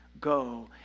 go